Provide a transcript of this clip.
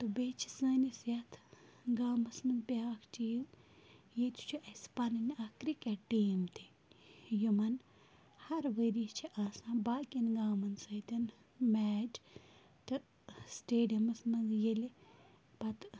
تہٕ بیٚیہِ چھِ سٲنِس یَتھ گامَس منٛز بیٛاکھ چیٖز ییٚتہِ چھُ اَسہِ پَنٕنۍ اَکھ کِرٛکٮ۪ٹ ٹیٖم تہِ یِمَن ہرٕ ؤری چھِ آسان باقِیَن گامَن سۭتۍ میچ تہٕ سٕٹیڈیَمَس منٛز ییٚلہِ پَتہٕ